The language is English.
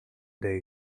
day